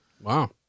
Wow